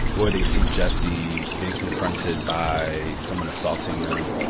or they see jesse being confronted by someone assaulting them,